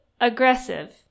aggressive